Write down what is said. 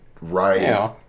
right